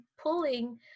pulling